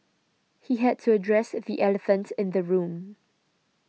he had to address the elephant in the room